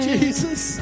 Jesus